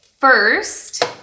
first